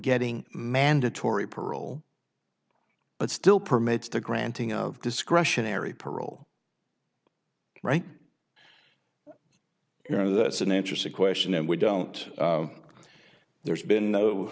getting mandatory parole but still permits the granting of discretionary parole right here that's an interesting question and we don't know there's been no